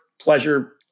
pleasure